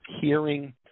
hearing